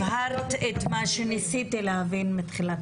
הבהרת את מה שניסיתי להבין מתחילת